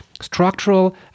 structural